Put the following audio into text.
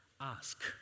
ask